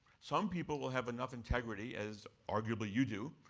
some people will have enough integrity, as arguably you do,